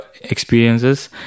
experiences